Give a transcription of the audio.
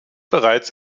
bereits